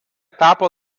tapo